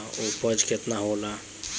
उपज केतना होला?